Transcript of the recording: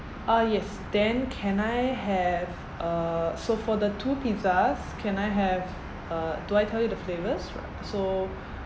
uh yes then can I have uh so for the two pizzas can I have uh do I tell you the flavours so